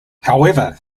however